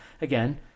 again